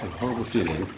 horrible feeling.